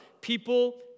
people